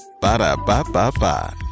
Ba-da-ba-ba-ba